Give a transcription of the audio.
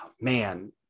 man